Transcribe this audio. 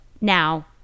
Now